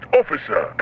officer